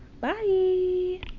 bye